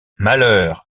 malheur